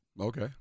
Okay